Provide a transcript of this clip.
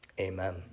Amen